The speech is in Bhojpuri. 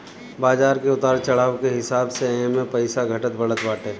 बाजार के उतार चढ़ाव के हिसाब से एमे पईसा घटत बढ़त बाटे